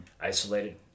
isolated